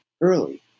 early